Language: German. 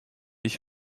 ich